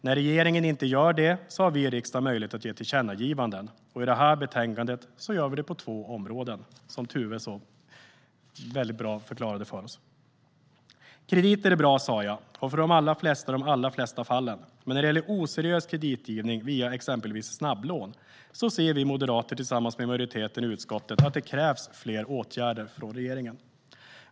När regeringen inte gör det har vi i riksdagen möjlighet att göra tillkännagivanden. I det här betänkandet lämnar utskottet förslag om tillkännagivanden på två områden, vilket Tuve förklarade för oss på ett väldigt bra sätt. Jag sa att krediter är bra. Det gäller för de allra flesta och i de flesta fallen. Men när det gäller oseriös kreditgivning, via exempelvis snabblån, ser vi moderater tillsammans med majoriteten i utskottet att det krävs fler åtgärder från regeringen.